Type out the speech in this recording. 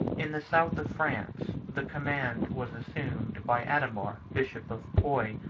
in the south of france, the command was assumed by adhemar bishop of puy,